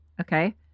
Okay